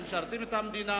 משרתים את המדינה,